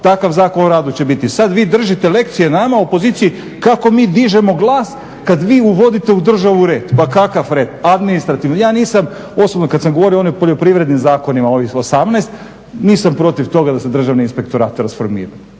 takav Zakon o radu će biti. Sad vi držite lekcije nama opoziciji kako mi dižemo glas kad vi uvodite u državu red. Pa kakav red? Administrativni. Ja nisam osobno, kad sam govorio o onim poljoprivrednim zakonima, ovih 18, nisam protiv toga da se Državni inspektorat transformira.